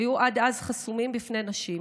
שהיו עד אז חסומים בפני נשים.